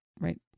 right